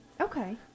Okay